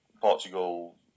Portugal